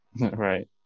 Right